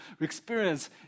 experience